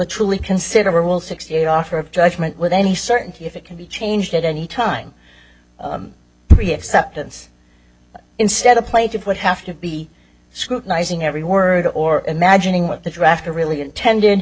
truly consider will sixty eight offer of judgment with any certainty if it can be changed at any time three acceptance instead of play to put have to be scrutinizing every word or imagining what the draft a really intended